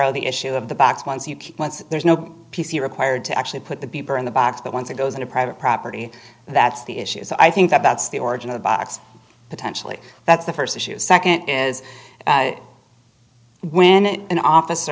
kero the issue of the box once you can once there's no p c required to actually put the beeper in the box but once it goes into private property that's the issue so i think that that's the origin of the box potentially that's the first issue second is when an office